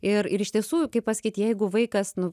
ir ir iš tiesų kaip pasakyt jeigu vaikas nu